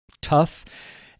tough